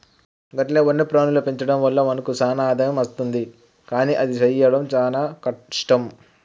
గట్ల వన్యప్రాణుల పెంచడం వల్ల మనకు సాన ఆదాయం అస్తుంది కానీ అది సెయ్యడం సాన కష్టం